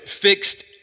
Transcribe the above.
fixed